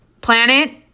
planet